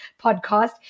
podcast